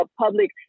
public